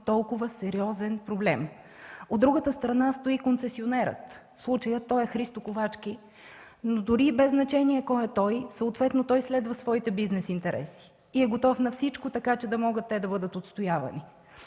толкова сериозен проблем. От другата страна стои концесионерът, в случая той е Христо Ковачки, но без значение кой е той, следва своите бизнес интереси и е готов на всичко, така че да могат те да бъдат отстоявани.